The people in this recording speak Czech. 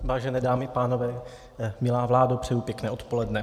Vážené dámy a pánové, milá vládo, přeji pěkné odpoledne.